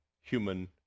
human